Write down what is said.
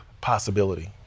possibility